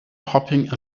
hopping